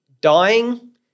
dying